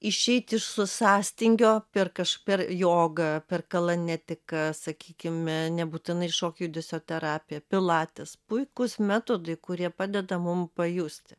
išeiti iš sąstingi per kažką per jogą per kalanetiką sakykime nebūtinai šokio judesio terapija pilates puikūs metodai kurie padeda mum pajusti